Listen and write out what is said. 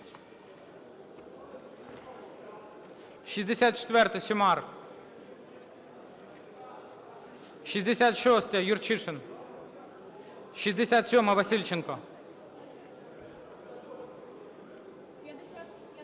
64-а, Сюмар. 66-а, Юрчишин. 67-а, Васильченко.